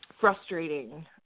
frustrating